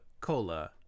cola